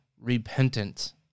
repentance